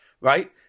right